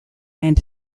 and